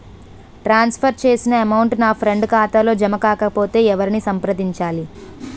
ట్రాన్స్ for చేసిన amount నా friend ఖాతాలో జమ కాకపొతే ఎవరిని సంప్రదించాలి?